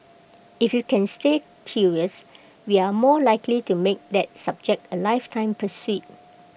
if we can stay curious we are more likely to make that subject A lifetime pursuit